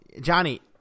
Johnny